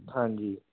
ਹਾਂਜੀ